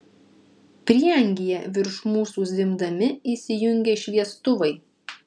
prieangyje virš mūsų zvimbdami įsijungė šviestuvai